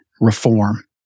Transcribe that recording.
reform